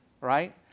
right